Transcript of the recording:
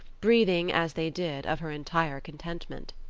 breathing, as they did, of her entire contentment.